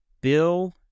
bill